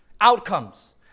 outcomes